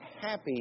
happy